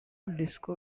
disco